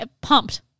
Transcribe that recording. pumped